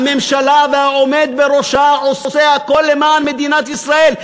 הממשלה והעומד בראשה עושים הכול למען מדינת ישראל,